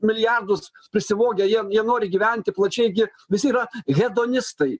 milijardus prisivogę jie jie nori gyventi plačiai gi visi yra hedonistai